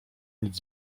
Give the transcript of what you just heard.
nic